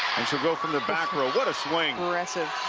she will go from the back row what a swing. impressive.